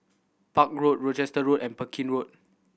Park Road Rochester Road and Pekin Road